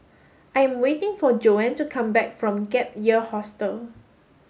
I'm waiting for Joan to come back from Gap Year Hostel